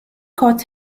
caught